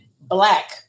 black